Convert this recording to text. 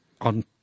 on